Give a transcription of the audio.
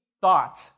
thought